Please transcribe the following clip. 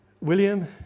William